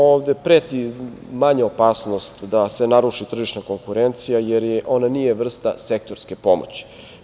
Ovde preti manja opasnost da se naruši tržišna konkurencija jer ona nije vrsta sektorske pomoći.